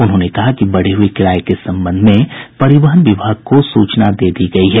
उन्होंने कहा कि बढ़े हुये किराये के संबंध में परिवहन विभाग को सूचना दे दी गई है